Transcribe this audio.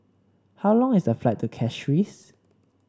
how long is the flight to Castries